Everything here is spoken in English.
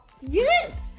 Yes